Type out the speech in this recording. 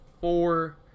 four